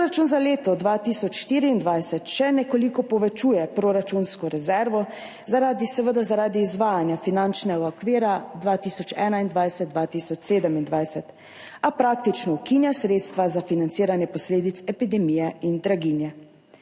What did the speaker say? Proračun za leto 2024 še nekoliko povečuje proračunsko rezervo, seveda zaradi izvajanja finančnega okvira 2021–2027, a praktično ukinja sredstva za financiranje posledic epidemije in draginje.